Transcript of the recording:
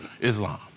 Islam